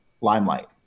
limelight